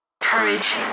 courage